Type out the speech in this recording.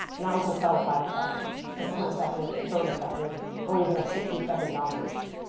now we can sell it by the seconds, so ten seconds, thirty seconds, or even a sixty second domination.